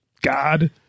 God